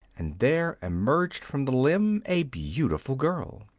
and there emerged from the limb a beautiful girl.